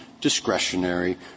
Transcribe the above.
discretionary